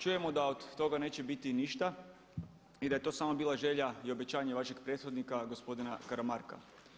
Čujemo da od toga neće biti ništa i da je to bila samo želja i obećanje vašeg prethodnika gospodina Karamarka.